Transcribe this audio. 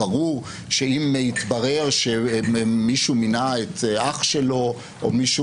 ברור שאם יתברר שמישהו מינה את אח שלו או מישהו